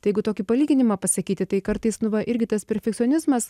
tai jeigu tokį palyginimą pasakyti tai kartais nu va irgi tas perfekcionizmas